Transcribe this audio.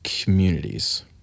communities